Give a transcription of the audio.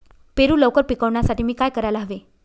पेरू लवकर पिकवण्यासाठी मी काय करायला हवे?